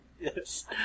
Yes